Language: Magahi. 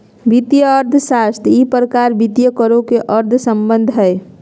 वित्तीय अर्थशास्त्र ई प्रकार वित्तीय करों के अंतर्संबंध हइ